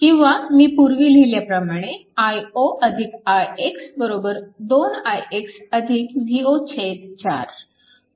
किंवा मी पूर्वी लिहिल्याप्रमाणे i0 ix 2 ix V0 4